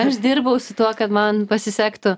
aš dirbau su tuo kad man pasisektų